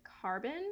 carbon